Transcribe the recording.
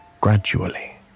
Gradually